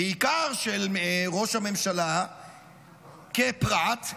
של ראש הממשלה בפרט,